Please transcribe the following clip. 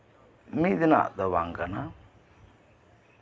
ᱢᱤᱫ ᱫᱤᱱᱟᱜ ᱫᱚ ᱵᱟᱝ ᱠᱟᱱᱟ